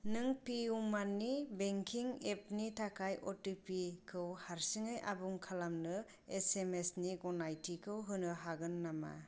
नों पेइउ मानि बेंकिं एपनि थाखाय अ टि पि खौ हारसिङै आबुं खालामनो एस एम एस नि गनायथिखौ होनो हागोन नामा